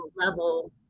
level